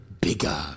bigger